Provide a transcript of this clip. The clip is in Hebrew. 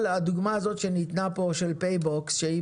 הדוגמה הזאת שניתנה כאן של פיי-בוקס שהיא